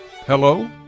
Hello